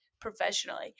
professionally